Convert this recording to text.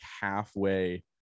halfway